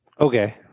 Okay